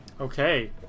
Okay